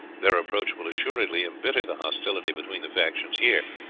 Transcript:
their approach will assuredly embitter the hostility between the factions here,